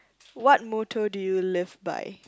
what motto do you live by